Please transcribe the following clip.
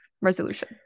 resolution